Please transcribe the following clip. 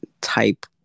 type